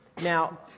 Now